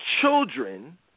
children